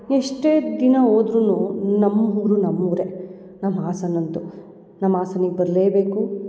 ಎಷ್ಟೇ ದಿನ ಹೋದ್ರುನು ನಮ್ಮ ಊರು ನಮ್ಮ ಊರೇ ನಮ್ಮ ಹಾಸನ ಅಂತೂ ನಮ್ಮ ಹಾಸನಿಗ್ ಬರಲೇಬೇಕು